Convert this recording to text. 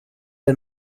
ein